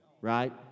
right